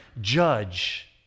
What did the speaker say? judge